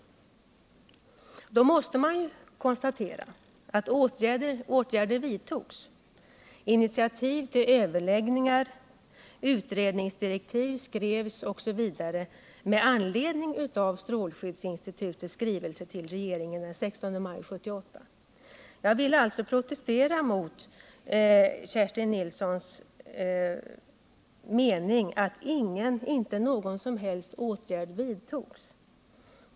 Man måste konstatera att åtgärder vidtogs, initiativ till överläggningar togs, utredningsdirektiv skrevs osv. med anledning av strålskyddsinstitutets skrivelse till regeringen den 16 maj 1978. Jag vill alltså protestera mot Kerstin Nilssons mening att inte någon som helst åtgärd vidtogs.